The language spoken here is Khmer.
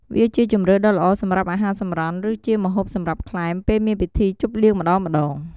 វាជាជម្រើសដ៏ល្អសម្រាប់អាហារសម្រន់ ឬ ជាម្ហូបសម្រាប់ក្លែម ពេលមានពិធីជួបលៀងម្តងៗ។